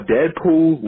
Deadpool